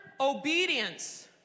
obedience